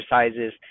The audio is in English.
exercises